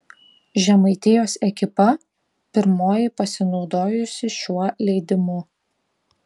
žemaitijos ekipa pirmoji pasinaudojusi šiuo leidimu